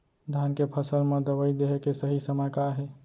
धान के फसल मा दवई देहे के सही समय का हे?